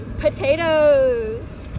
potatoes